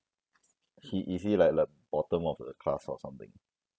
he is he like like bottom of the class or something